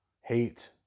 hate